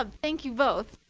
ah thank you both.